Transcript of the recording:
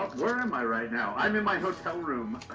where am i right now? i'm in my hotel room.